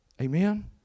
Amen